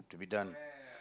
to be done